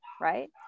Right